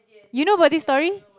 you know about this story